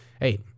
hey